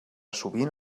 sovint